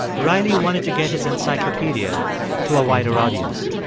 riley wanted to get his encyclopedia to a wider audience.